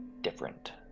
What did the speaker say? different